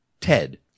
Ted